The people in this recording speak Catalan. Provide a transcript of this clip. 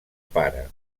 pare